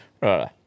Right